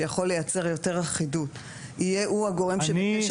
שיכול לייצר יותר אחידות יהיה הוא הגורם שבקשר